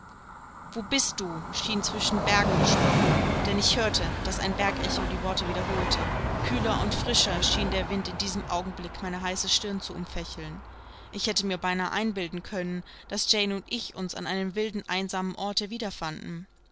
wo bist du schien zwischen bergen gesprochen denn ich hörte daß ein bergecho die worte wiederholte kühler und frischer schien der wind in diesem augenblick meine heiße stirn zu umfächeln ich hätte mir beinahe einbilden können daß jane und ich uns an einem wilden einsamen orte